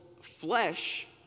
flesh